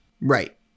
Right